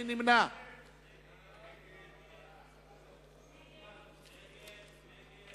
אני לא משנה את